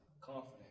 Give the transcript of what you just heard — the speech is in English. Confident